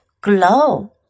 glow